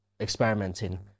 experimenting